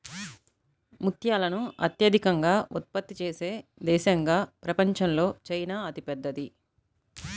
ముత్యాలను అత్యధికంగా ఉత్పత్తి చేసే దేశంగా ప్రపంచంలో చైనా అతిపెద్దది